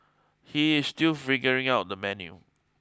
he is still figuring out the menu